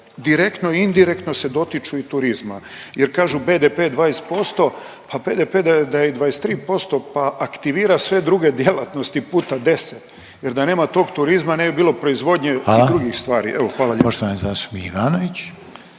direktno, indirektno se dotiču i turizma. Jer kažu BDP 20%, pa PDP da je i 23% pa aktivira sve druge djelatnosti puta 10, jer da nema tog turizma ne bi bilo proizvodnje … …/Upadica Reiner: Hvala./… … ni drugih stvari.